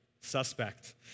suspect